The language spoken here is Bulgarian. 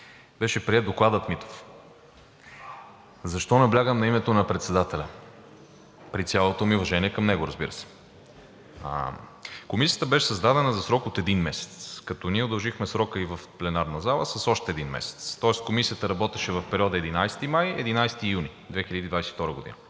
беше приет Докладът „Митов“. Защо наблягам на името на председателя, при цялото ми уважение към него, разбира се? Комисията беше създадена за срок от един месец, като ние удължихме срока ѝ в пленарната зала с още един месец, тоест Комисията работеше в периода 11 май – 11 юли 2022 г.